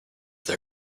they